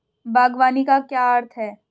बागवानी का क्या अर्थ है?